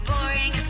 boring